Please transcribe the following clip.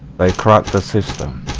break ah up the system